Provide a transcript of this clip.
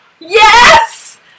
Yes